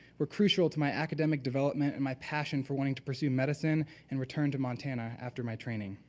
were crucial to my academic development and my passion for wanting to pursue medicine and returning to montana after my training.